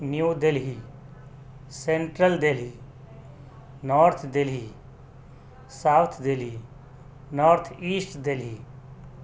new Delhi Central Delhi North Delhi South Delhi North East Delhi